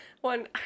one